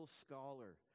scholar